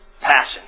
passion